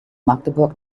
magdeburg